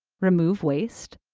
remove waste,